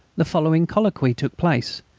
the following colloquy took place,